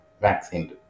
vaccine